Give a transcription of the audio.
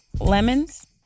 Lemons